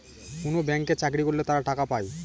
কোনো ব্যাঙ্কে চাকরি করলে তারা টাকা পায়